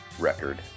record